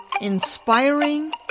Inspiring